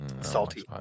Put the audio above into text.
salty